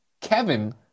Kevin